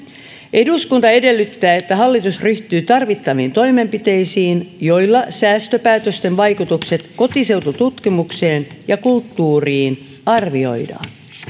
eduskunta edellyttää että hallitus ryhtyy tarvittaviin toimenpiteisiin joilla säästöpäätösten vaikutukset kotiseutututkimukseen ja kulttuuriin arvioidaan